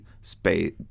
space